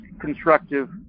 constructive